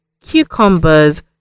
cucumbers